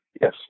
yes